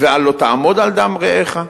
ועל 'לא תעמד על דם רעך',